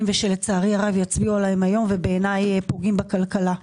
ושלצערי הרב יצביעו עליהם היום ובעיניי פוגעים בכלכלה.